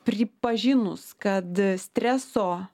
pripažinus kad streso